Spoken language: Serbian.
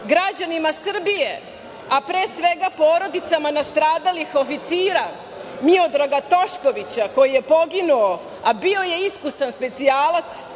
građanima Srbije, a pre svega porodica nastradalih oficira Miodraga Toškovića, koji je poginuo, a bio je iskusan specijalac